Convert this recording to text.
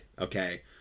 okay